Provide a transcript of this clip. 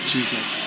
Jesus